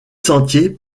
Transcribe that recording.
sentier